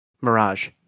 Mirage